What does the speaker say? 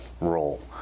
role